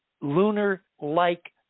lunar-like